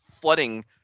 flooding